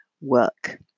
work